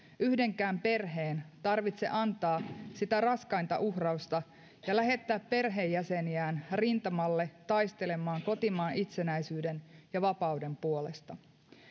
yhdenkään perheen tarvitse antaa sitä raskainta uhrausta ja lähettää perheenjäseniään rintamalle taistelemaan kotimaan itsenäisyyden ja vapauden puolesta